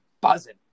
Buzzing